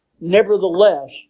nevertheless